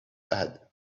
had